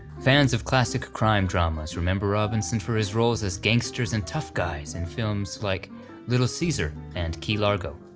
fans of classic crime dramas remember robinson for his roles as gangsters and tough guys and films like little caesar and key largo.